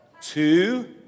Two